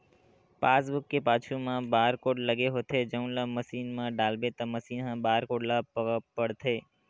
passbook के पाछू म बारकोड लगे होथे जउन ल मसीन म डालबे त मसीन ह बारकोड ल पड़थे